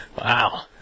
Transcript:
Wow